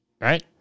right